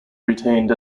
retained